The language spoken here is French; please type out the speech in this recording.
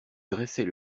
dressait